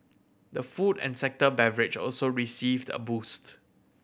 the food and sector beverage also received a boost